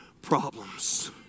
Problems